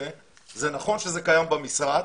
נכון שזה קיים במשרד